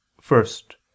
First